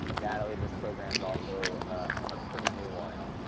natalie, this program is also a pretty new one.